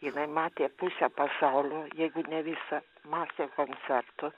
jinai matė pusę pasaulio jeigu ne visą masę koncertų